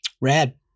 Rad